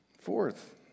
Fourth